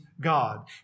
God